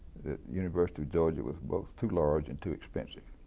the university of georgia was both too large and too expensive,